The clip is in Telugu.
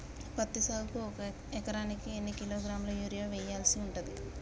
పత్తి సాగుకు ఒక ఎకరానికి ఎన్ని కిలోగ్రాముల యూరియా వెయ్యాల్సి ఉంటది?